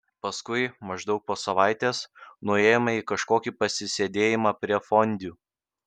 paskui maždaug po savaitės nuėjome į kažkokį pasisėdėjimą prie fondiu